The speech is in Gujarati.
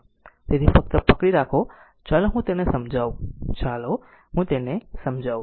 તેથી આ ફક્ત પકડી રાખો ચાલો હું તેને સમજાવું ચાલો હું તેને સમજાવું